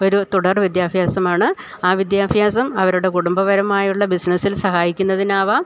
ഒരു തുടർ വിദ്യാഭ്യാസമാണ് ആ വിദ്യാഭ്യാസം അവരുടെ കുടുംബപരമായുള്ള ബിസിനസ്സിൽ സഹായിക്കുന്നതിനാകാം